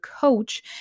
coach